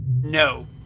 No